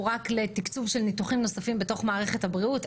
רק לתקצוב של ניתוחים נוספים בתוך מערכת הבריאות.